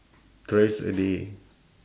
thrice a day